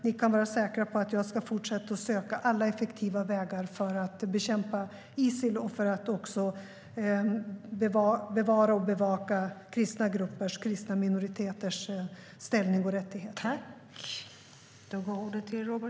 Ni kan vara säkra på att jag ska fortsätta att söka alla effektiva vägar för att bekämpa Isil och för att bevara och bevaka kristna gruppers, kristna minoriteters, ställning och rättigheter.